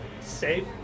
safe